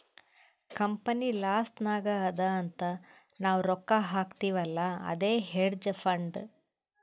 company loss ನಾಗ್ ಅದಾ ಅಂತ್ ನಾವ್ ರೊಕ್ಕಾ ಹಾಕ್ತಿವ್ ಅಲ್ಲಾ ಅದೇ ಹೇಡ್ಜ್ ಫಂಡ್